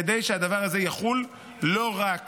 כדי שהדבר הזה יחול לא רק